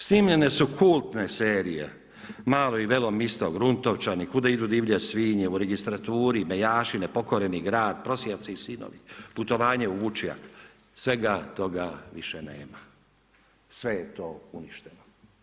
Snimljene su kultne serije, Malo i Velom isto, Gruntovčani, Kuda idu divlje svinje, U registraturi, Bejaši, Nepokoreni grad, Prosjaci i sinovi, Putovanje u vučjak, svega toga više nema, sve je to uništeno.